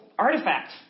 artifact